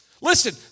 Listen